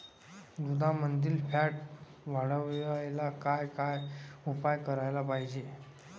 दुधामंदील फॅट वाढवायले काय काय उपाय करायले पाहिजे?